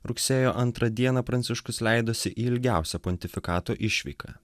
rugsėjo antrą dieną pranciškus leidosi į ilgiausią pontifikato išvyką